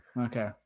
Okay